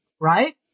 right